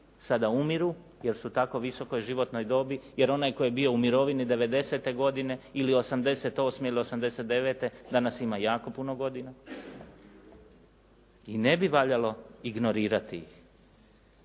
sada umiru jer su u tako visokoj životnoj dobi. Jer onaj koji je bio u mirovini devedesete godine ili osamdesetosme ili osamdesetdevete danas ima jako puno godina i ne bi valjalo ignorirati ih.